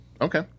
Okay